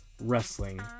wrestling